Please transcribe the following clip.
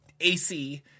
AC